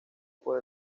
por